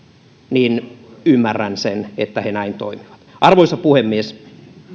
niin ymmärrän sen että he näin toimivat arvoisa puhemies